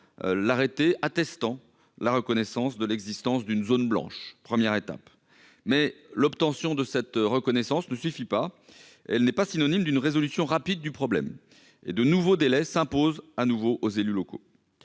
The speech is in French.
l'arrêté attestant la reconnaissance de l'existence d'une zone blanche. C'est une première étape, mais l'obtention de cette reconnaissance n'est pas synonyme d'une résolution rapide du problème, et de nouveaux délais s'imposent aux élus locaux.